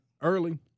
Early